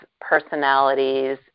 personalities